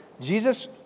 Jesus